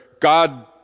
God